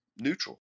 neutral